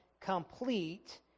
complete